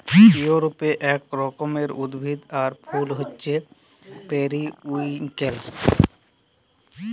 ইউরপে এক রকমের উদ্ভিদ আর ফুল হচ্যে পেরিউইঙ্কেল